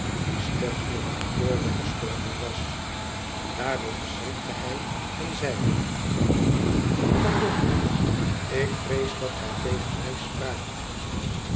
stem in het kantoor weggestorven was daarop schrikte hij en zeide pardon mijnheer ik vrees dat gij tegen mij spraakt